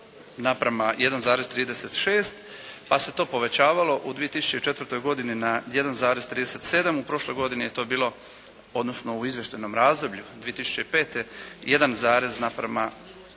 imali 1:1,36 pa se to povećavalo u 2004. godini na 1,37. U prošloj godini je to bilo odnosno u izvještajnom razdoblju 2005. 1,